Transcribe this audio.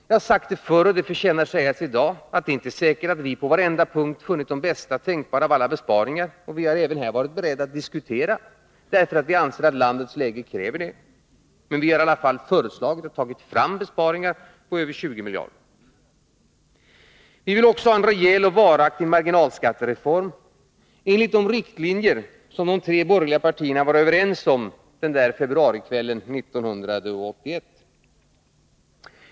Jag har sagt det förr, och det förtjänar att sägas i dag också, att det inte är säkert att vi på varenda punkt funnit de bästa tänkbara av alla besparingar, men vi har även här varit beredda att diskutera därför att vi anser att landets läge kräver det, och vi har i alla fall föreslagit och tagit fram besparingar på över 20 miljarder. Vi vill ockå ha en rejäl och varaktig marginalskattereform enligt de riktlinjer som de tre borgerliga partierna var överens om den där februarikvällen 1981.